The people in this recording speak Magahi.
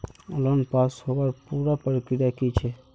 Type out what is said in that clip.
लोन पास होबार पुरा प्रक्रिया की छे?